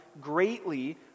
greatly